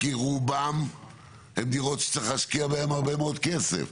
כי רובן הן דירות שצריך להשקיע בהן הרבה מאוד כסף.